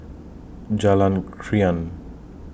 Jalan Krian